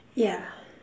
yeah